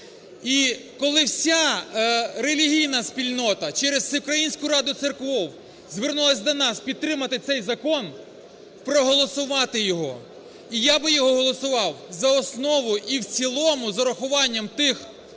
і коли вся релігійна спільнота через Всеукраїнську раду церков звернулась до нас підтримати цей закон, проголосувати його. І я би його голосував за основу і в цілому з урахуванням тих